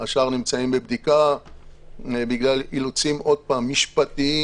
והשאר נמצאים בבדיקה בגלל אילוצים משפטיים-